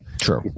true